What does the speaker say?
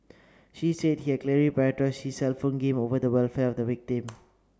she said he clearly prioritised his cellphone game over the welfare of the victim